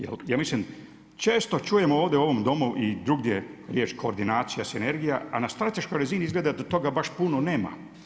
Ja mislim, često čujem ovdje u ovom Domu i drugdje riječ koordinacija, sinergija a na strateškoj razini izgleda da toga baš puno nema.